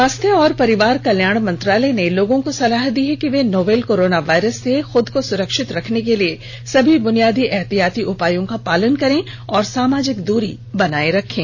स्वास्थ्य और परिवार कल्याण मंत्रालय ने लोगों को सलाह दी है कि वे नोवल कोरोना वायरस से अपने को सुरक्षित रखने के लिए सभी बुनियादी एहतियाती उपायों का पालन करें और सामाजिक दूरी बनाए रखें